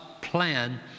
plan